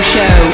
Show